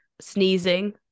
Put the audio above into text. Sneezing